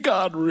God